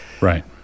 Right